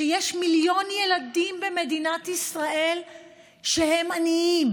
שיש מיליון ילדים במדינת ישראל שהם עניים,